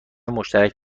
مشترک